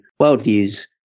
worldviews